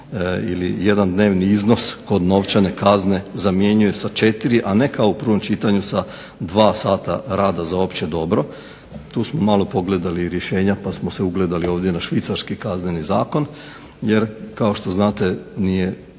ili jedan dnevni iznos kod novčane kazne zamjenjuje sa 4, a ne kao u prvom čitanju sa 2 sata rada za opće dobro. Tu smo malo pogledali rješenja pa smo se ugledali ovdje na švicarski kazneni zakon. Jer kao što znate nije